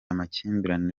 amakimbirane